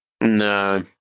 No